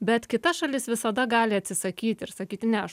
bet kita šalis visada gali atsisakyti ir sakyti ne aš